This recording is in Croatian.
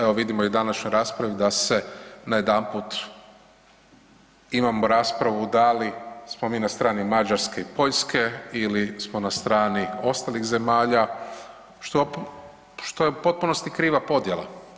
Evo vidimo i u današnjoj raspravi da se najedanput imamo raspravu da li smo mi na strani Mađarske i Poljske ili smo na strani ostalih zemalja što je u potpunosti kriva podjela.